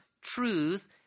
truth